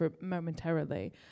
momentarily